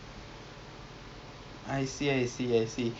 in that sense you know there's a lot of this kind of thingy